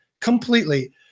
completely